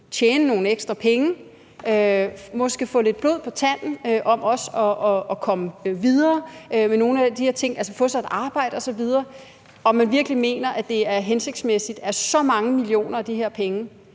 tjene nogle ekstra penge og måske få lidt blod på tanden med hensyn til også at komme videre med nogle af de her ting, altså få sig et arbejde osv., til administration. Mener man virkelig, at det er hensigtsmæssigt, at så mange millioner af de her penge